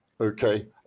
okay